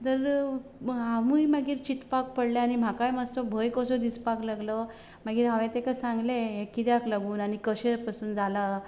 तर हांवूय मागीर चितपाक पडलें आनी म्हाकाय मातसो भंय कसो दिसपाक लागलो मागीर हांवें ताका सांगले हें कित्याक लागून आनी कशें पसून जाला